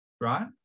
Right